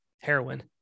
heroin